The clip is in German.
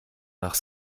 nach